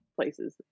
places